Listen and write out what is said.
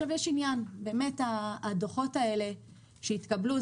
הדוחות האלה שהתקבלו,